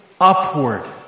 upward